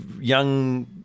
young